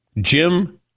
Jim